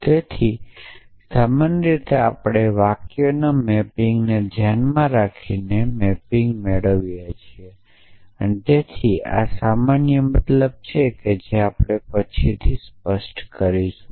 અને તેથી સામાન્ય રીતે આપણે વાક્યોના મેપિંગને ધ્યાનમાં રાખીને આપણે મેપિંગ મેળવી શકીએ છીએ અથવા તેથી આ સામાન્ય મતલબ છે જે આપણે પછીથી સ્પષ્ટ કરીશું